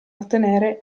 ottenere